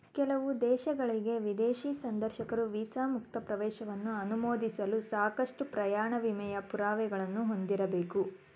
ಕೆಲವು ದೇಶಗಳ್ಗೆ ವಿದೇಶಿ ಸಂದರ್ಶಕರು ವೀಸಾ ಮುಕ್ತ ಪ್ರವೇಶವನ್ನ ಅನುಮೋದಿಸಲು ಸಾಕಷ್ಟು ಪ್ರಯಾಣ ವಿಮೆಯ ಪುರಾವೆಗಳನ್ನ ಹೊಂದಿರಬೇಕು